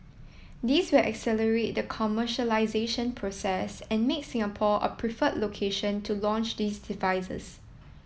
this will accelerate the commercialisation process and make Singapore a preferred location to launch these devices